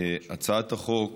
הצעת חוק